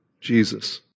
Jesus